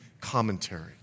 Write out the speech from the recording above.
commentary